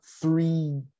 three